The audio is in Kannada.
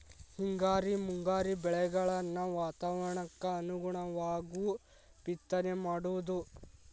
ಹಿಂಗಾರಿ ಮುಂಗಾರಿ ಬೆಳೆಗಳನ್ನ ವಾತಾವರಣಕ್ಕ ಅನುಗುಣವಾಗು ಬಿತ್ತನೆ ಮಾಡುದು